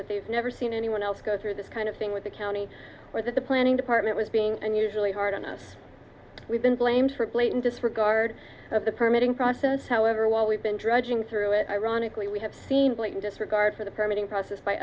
that they've never seen anyone else go through this kind of thing with the county or that the planning department was being unusually hard on us we've been blamed for blatant disregard of the permitting process however while we've been dredging through it ironically we have seen blatant disregard for the permit in process by